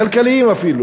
כלכליים אפילו,